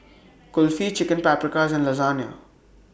Kulfi Chicken Paprikas and Lasagna